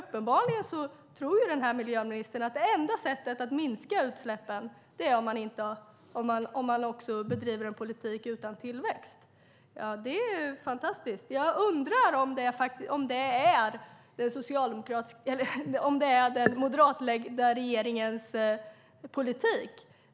Uppenbarligen tror miljöministern att det enda sättet att minska utsläppen är att bedriva en politik utan tillväxt. Det är fantastiskt, och jag undrar om det är den moderatledda regeringens politik.